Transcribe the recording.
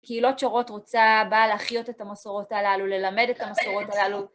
קהילות שורות רוצה, באה לחיות את המסורות הללו, ללמד את המסורות הללו.